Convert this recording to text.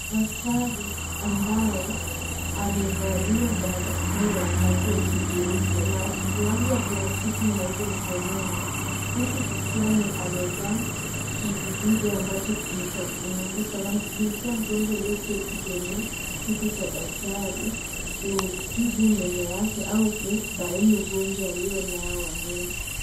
Daktari ambaye amevalia barakoa na koti jeupe na glavu ya plastiki nyeupe mkononi, huku kichwani amevaa kijidude ambacho ni cha kumulika. Anamshughulikia mgonjwa ambaye ameketi kwenye kiti cha daktari kutibu meno yake au kubaini ugonjwa alio nao wa meno.